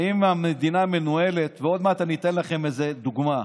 האם המדינה מנוהלת, ועוד מעט אתן לכם איזה דוגמה,